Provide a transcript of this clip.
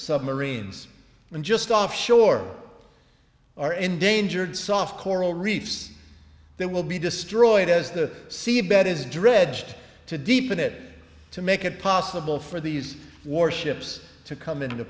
submarines and just off shore our endangered soft coral reefs that will be destroyed as the seabed is dredge to deep in it to make it possible for these warships to come into